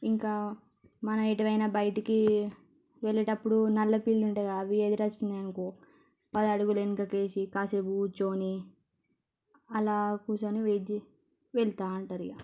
ఇంకా మన ఎటైనా బయటికి వెళ్ళేటప్పుడు నల్ల పిల్లి ఉండగా అవి ఎదురు వచ్చినాయిఅనుకో పది అడుగుల వెనకకేసి కాసేపు కూర్చొని అలా కూర్చుని వెయిట్ చేసి వెళ్తా అంటారు ఇక